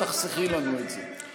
תחסכי לנו את זה.